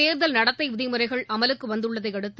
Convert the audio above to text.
தேர்தல் நடத்தை விதிமுறைகள் அமலுக்கு வந்துள்ளதை அடுத்து